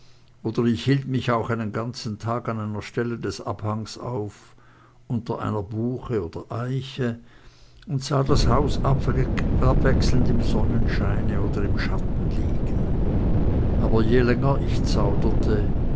oder ich hielt mich auch einen ganzen tag an einer stelle des abhanges auf unter einer buche oder eiche und sah das haus abwechselnd im sonnenscheine oder im schatten liegen aber je länger ich zauderte